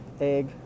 egg